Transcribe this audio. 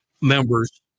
members